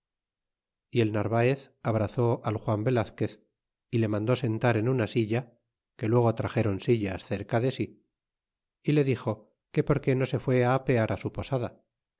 y el narvaez abrazó al juan velazquez y le mandó sentar en una silla que luego traxéron sillas cerca de si y le dixo que por qué no se fué apear á su posada